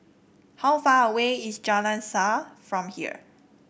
how far away is Jalan Shaer from here